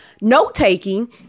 note-taking